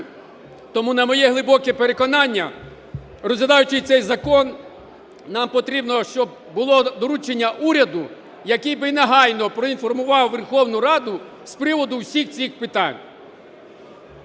Тому, на моє глибоке переконання, розглядаючи цей закон, нам потрібно, щоб було доручення уряду, який би негайно проінформував Верховну Раду з приводу всіх цих питань.